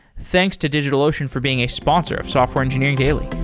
thanks to digitalocean for being a sponsor of software engineering daily.